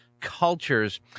Cultures